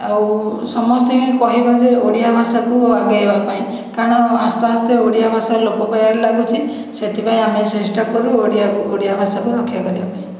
ଆଉ ସମସ୍ତଙ୍କୁ କହିବା ଯେ ଓଡ଼ିଆ ଭାଷାକୁ ଆଗେଇବା ପାଇଁ କାରଣ ଆସ୍ତେ ଆସ୍ତେ ଓଡ଼ିଆ ଭାଷା ଲୋପ ପାଇବାରେ ଲାଗୁଛି ସେଥିପାଇଁ ଆମେ ଚେଷ୍ଟା କରୁ ଓଡ଼ିଆ ଭାଷାକୁ ରକ୍ଷା କରିବାପାଇଁ